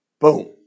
Boom